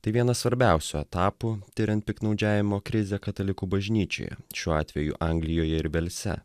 tai vienas svarbiausių etapų tiriant piktnaudžiavimo krizę katalikų bažnyčioje šiuo atveju anglijoje ir velse